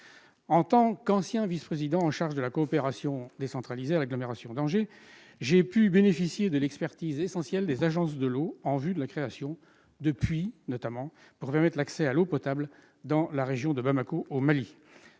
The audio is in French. En tant que vice-président en charge de la coopération décentralisée à l'agglomération d'Angers, poste que je n'occupe plus, j'ai pu bénéficier de l'expertise essentielle des agences de l'eau en vue de la création de puits permettant l'accès à l'eau potable dans la région de Bamako au Mali.